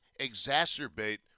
exacerbate